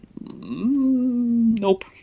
nope